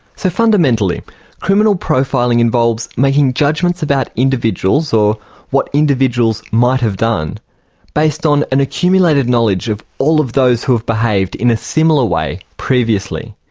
so fundamentally criminal profiling involves making judgements about individuals or what individuals might have done based on and accumulated knowledge of all of those who have behaved in a similar way previously.